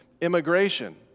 immigration